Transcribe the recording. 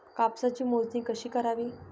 कापसाची मोजणी कशी करावी?